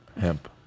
Hemp